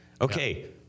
Okay